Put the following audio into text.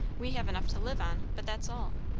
we have enough to live on, but that's all.